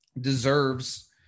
deserves